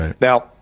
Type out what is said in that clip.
Now